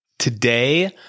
Today